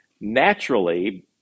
naturally